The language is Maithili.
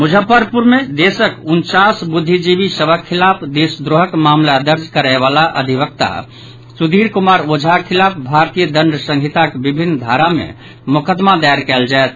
मुजफ्फरपुर मे देशक उनचास बुद्धिजीवी सभक खिलाफ देशद्रोहक मामिला दर्ज कराबय वला अधिवक्ता सुधीर कुमार ओझाक खिलाफ भारतीय दंड संहिताक विभिन्न धाराक मे मोकदमा दायर कयल जायत